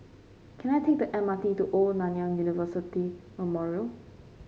can I take the M R T to Old Nanyang University Memorial